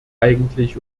eigentlich